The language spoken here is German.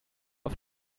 auf